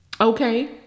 Okay